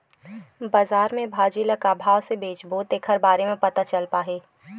बजार में भाजी ल का भाव से बेचबो तेखर बारे में पता चल पाही का?